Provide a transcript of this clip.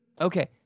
Okay